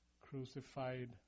crucified